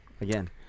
Again